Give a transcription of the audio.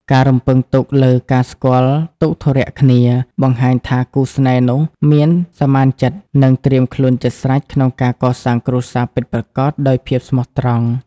ការរំពឹងទុកលើ "ការស្គាល់ទុក្ខធុរៈគ្នា" បង្ហាញថាគូស្នេហ៍នោះមានសមានចិត្ត និងត្រៀមខ្លួនជាស្រេចក្នុងការកសាងគ្រួសារពិតប្រាកដដោយភាពស្មោះត្រង់។